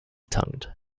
tongued